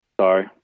sorry